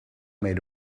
made